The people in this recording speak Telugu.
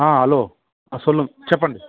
హలో సొల్లు చెప్పండి